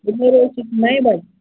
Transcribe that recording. تِیَلہِ نِیرَو اسۍ ییٚتہِ نَیہِ بَجہِ